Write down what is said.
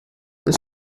that